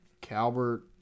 Calvert